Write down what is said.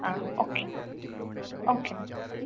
ಹಾಂ okay okay